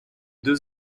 deux